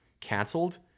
canceled